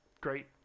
great